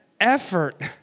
effort